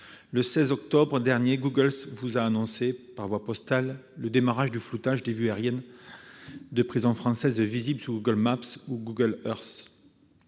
le 16 octobre dernier, Google vous a annoncé par voie postale le démarrage du floutage des vues aériennes de prisons françaises visibles sur Google Maps et Google Earth,